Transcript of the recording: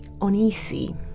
uneasy